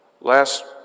Last